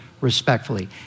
respectfully